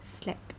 slack